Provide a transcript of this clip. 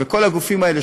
וכל הגופים האלה,